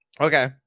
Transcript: okay